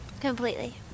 Completely